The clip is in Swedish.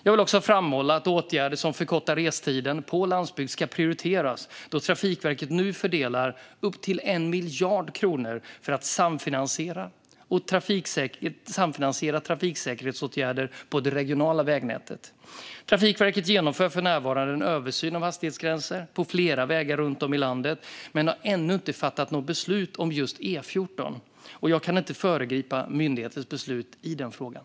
Jag vill också framhålla att åtgärder som förkortar restiden på landsbygd ska prioriteras då Trafikverket nu fördelar upp till 1 miljard kronor för att samfinansiera trafiksäkerhetsåtgärder på det regionala vägnätet. Trafikverket genomför för närvarande en översyn av hastighetsgränser på flera vägar runt om i landet men har ännu inte fattat något beslut om just E14. Jag kan inte föregripa myndighetens beslut i den frågan.